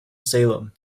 salem